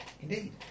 indeed